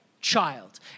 child